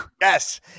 Yes